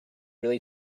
really